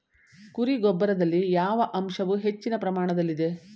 ಕುರಿ ಗೊಬ್ಬರದಲ್ಲಿ ಯಾವ ಅಂಶವು ಹೆಚ್ಚಿನ ಪ್ರಮಾಣದಲ್ಲಿದೆ?